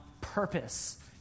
purpose